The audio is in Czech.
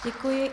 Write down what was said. Děkuji.